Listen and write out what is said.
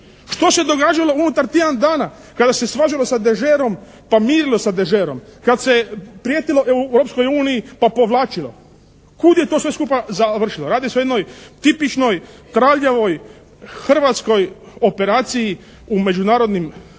Što se događalo unutar tjedan dana kada se svađalo sa Degertom pa mirilo sa Degertom. Kad se prijetilo Europskoj uniji pa povlačilo? Kud je sve to skupa završilo? Radi se o jednoj tipičnoj traljavoj hrvatskoj operaciji u međunarodnim